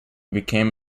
became